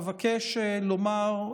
אבקש לומר,